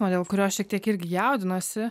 norėjau dėl kurio šiek tiek irgi jaudinuosi